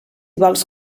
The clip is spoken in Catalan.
vols